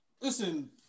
Listen